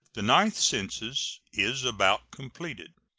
the ninth census is about completed.